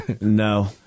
No